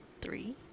three